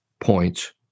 points